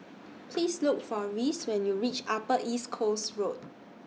Please Look For Reece when YOU REACH Upper East Coast Road